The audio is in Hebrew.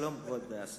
שלום, כבוד השר.